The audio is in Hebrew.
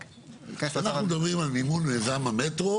כשאנחנו מדברים על מימון מיזם המטרו